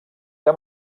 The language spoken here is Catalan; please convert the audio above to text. que